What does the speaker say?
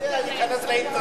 שהנוסע ייכנס לאינטרנט.